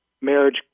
marriage